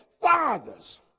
Fathers